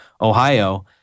Ohio